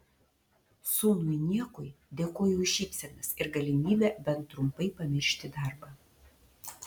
sūnui niekui dėkoju už šypsenas ir galimybę bent trumpai pamiršti darbą